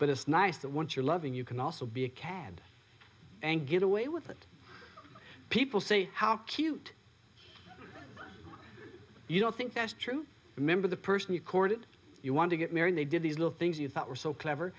but it's nice that once you're loving you can also be a cad and get away with it people say how cute you don't think that's true remember the person you courted you want to get married they did these little things you thought were so clever